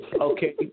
Okay